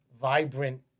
vibrant